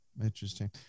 Interesting